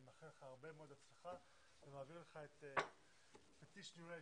אני מאחל לך הרבה מאוד הצלחה ומעביר לך את פטיש ניהול הישיבה.